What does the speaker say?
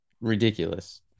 ridiculous